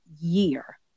year